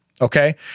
okay